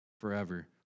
forever